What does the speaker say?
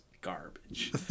garbage